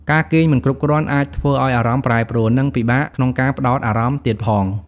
ការគេងមិនគ្រប់គ្រាន់អាចធ្វើឲ្យអារម្មណ៍ប្រែប្រួល និងពិបាកក្នុងការផ្តោតអារម្មណ៍ទៀតផង។